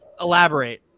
Elaborate